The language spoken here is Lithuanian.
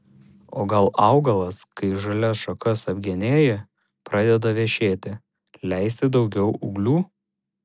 o gal augalas kai žalias šakas apgenėji pradeda vešėti leisti daugiau ūglių